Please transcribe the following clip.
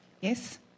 Yes